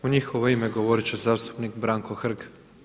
U njihovo ime govoriti će zastupnik Branko Hrg.